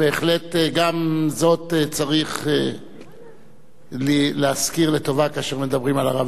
ובהחלט גם זאת צריך להזכיר לטובה כאשר מדברים על הרב אלישיב.